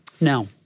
Now